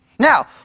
Now